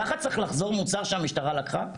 ככה צריך לחזור מוצר שהמשטרה לקחה?